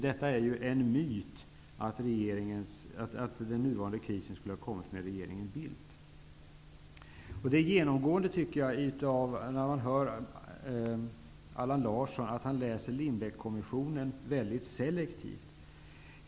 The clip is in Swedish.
Det är en myt att den nuvarande krisen skulle ha kommit med regeringen Det genomgående intrycket, tycker jag, när man hör Allan Larsson, är att han läser Lindbeckkommissionens rapport väldigt selektivt.